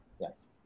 Yes